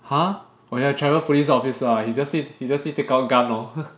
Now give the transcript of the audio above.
!huh! oh yeah Trevor police officer ah he just need he just need take out gun lor